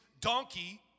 donkey